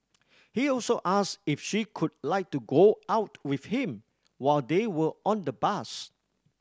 he also ask if she would like to go out with him while they were on the bus